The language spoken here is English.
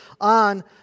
on